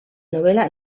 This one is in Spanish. novela